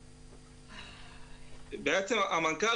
המנכ"ל,